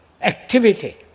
activity